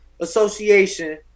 association